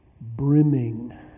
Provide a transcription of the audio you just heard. brimming